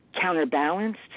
counterbalanced